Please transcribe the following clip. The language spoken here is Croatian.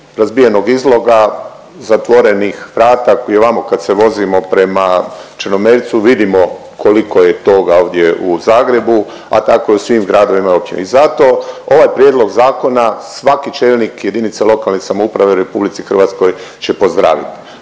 razbijenog izloga, zatvorenih vrata i ovamo kad se vozimo prema Črnomercu vidimo koliko je toga ovdje u Zagrebu, a tako i u svim gradovima i općini i zato ovaj prijedlog zakona svaki čelnik jedinice lokalne samouprave u RH će pozdravit.